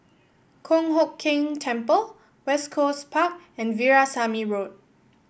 Kong Hock Keng Temple West Coast Park and Veerasamy Road